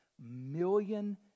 million